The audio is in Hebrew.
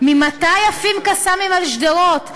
ממתי עפים "קסאמים" על שדרות,